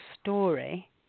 story